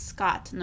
Scott